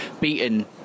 beaten